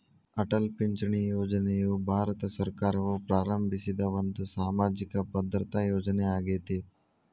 ಅಟಲ್ ಪಿಂಚಣಿ ಯೋಜನೆಯು ಭಾರತ ಸರ್ಕಾರವು ಪ್ರಾರಂಭಿಸಿದ ಒಂದು ಸಾಮಾಜಿಕ ಭದ್ರತಾ ಯೋಜನೆ ಆಗೇತಿ